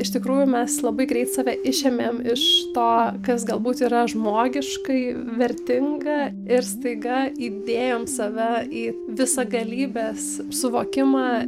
iš tikrųjų mes labai greit save išėmėm iš to kas galbūt yra žmogiškai vertinga ir staiga įdėjom save į visagalybės suvokimą